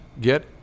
get